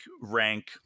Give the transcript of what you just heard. rank